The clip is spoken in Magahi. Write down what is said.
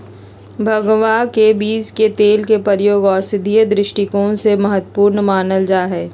भंगवा के बीज के तेल के प्रयोग औषधीय दृष्टिकोण से महत्वपूर्ण मानल जाहई